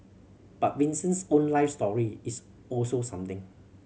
but Vincent's own life story is also something